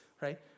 right